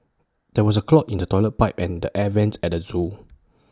there is A clog in the Toilet Pipe and the air Vents at the Zoo